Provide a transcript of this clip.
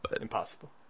Impossible